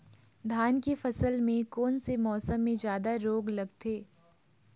धान के फसल मे कोन से मौसम मे जादा रोग लगथे?